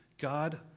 God